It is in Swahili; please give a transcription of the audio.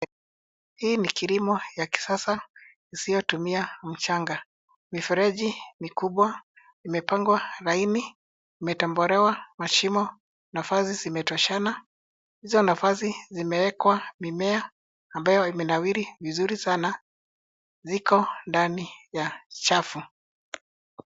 Hii ni kilimo ya kisasa isiyotumia mchanga. Mifereji mikubwa imepangwa laini, imetobolewa mashimo, nafasi zimetoshana. Hizo nafasi zimewekwa mimea ambayo imenawiri vizuri sana. Ziko ndani ya safu.